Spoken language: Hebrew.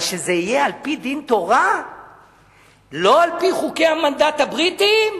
אבל שזה יהיה על-פי דין תורה ולא על-פי חוקי המנדט הבריטי?